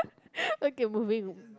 where can moving